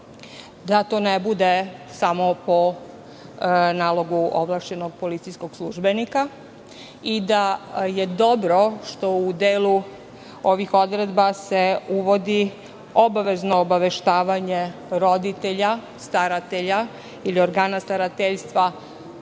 da to ne bude samo po nalogu ovlašćenog policijskog službenika i da je dobro što se u delu ovih odredaba uvodi obavezno obaveštavanje roditelja, staratelja ili organa starateljstva